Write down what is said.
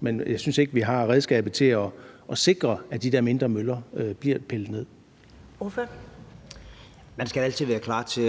(Karen Ellemann): Ordføreren. Kl. 13:11 René Christensen (DF): Man skal altid være klar til